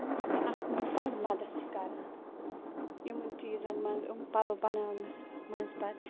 یُس مےٚ اَتھ منٛز بَڈٕ مدد چھِ کران یِمَن چیٖزَن منٛز یِم پَلَو بناونَس منٛز پَتہٕ